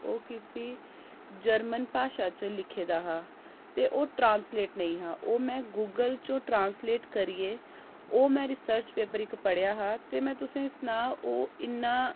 ओह् की जे जर्मन भाशा च लिखे दा हा ते ओह् ट्रांस्लेट नेईं हा ओह् में गूगल चा ट्रांस्लेट करियै ओह् में इक रिसर्च पेपर इक पढ़ेआ हा ते में तुसें ई सनाऽ ओह् इन्ना